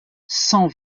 cent